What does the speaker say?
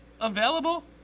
available